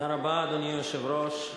אדוני היושב-ראש,